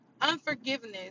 unforgiveness